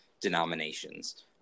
denominations